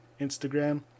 Instagram